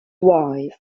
wife